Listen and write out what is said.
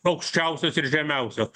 aukščiausios ir žemiausios